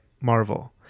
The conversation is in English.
Marvel